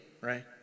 right